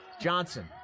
Johnson